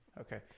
Okay